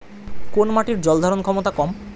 কোন মাটির জল ধারণ ক্ষমতা কম?